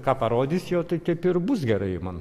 ką parodys jo tai taip ir bus gerai man